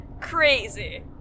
crazy